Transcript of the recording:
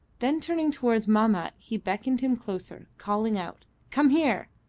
then turning towards mahmat he beckoned him closer, calling out, come here!